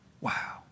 Wow